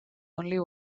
only